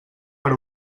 per